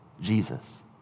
Jesus